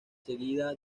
seguida